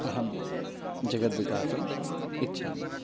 अहं जगतः विकासम् इच्छामि